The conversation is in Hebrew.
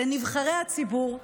לנבחרי הציבור,